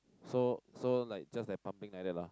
so so like just like pumping like that lah